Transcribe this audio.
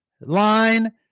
line